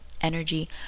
energy